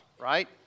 Right